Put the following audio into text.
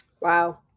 Wow